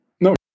No